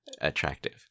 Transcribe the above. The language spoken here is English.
attractive